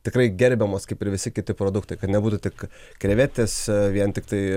tikrai gerbiamos kaip ir visi kiti produktai kad nebūtų tik krevetės vien tiktai